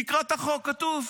תקרא את החוק, זה כתוב.